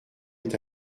est